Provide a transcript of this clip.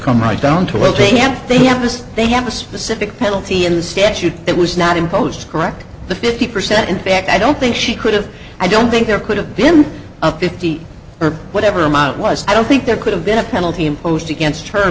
right down to ok and they have this they have a specific penalty in the statute that was not imposed to correct the fifty percent in fact i don't think she could have i don't think there could have been a fifty or whatever amount was i don't think there could have been a penalty imposed against her